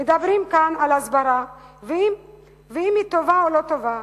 מדברים כאן על הסברה ואם היא טובה או לא טובה.